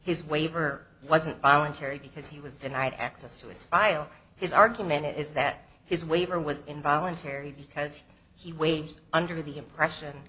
his waiver wasn't violent terry because he was denied access to his file his argument is that his waiver was involuntary because he waived under the impression